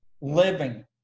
living